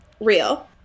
Real